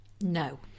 No